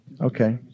Okay